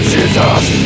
Jesus